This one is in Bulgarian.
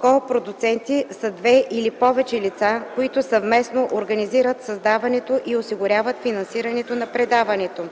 „Копродуценти” са две или повече лица, които съвместно организират създаването и осигуряват финансирането на предаването.